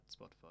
Spotify